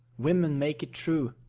women make it true.